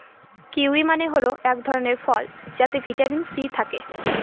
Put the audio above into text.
kiwi মানে হল এক ধরনের ফল যাতে ভিটামিন সি থাকে